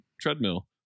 treadmill